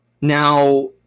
Now